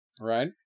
right